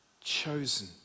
chosen